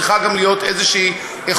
צריכה גם להיות איזושהי איכות.